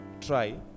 try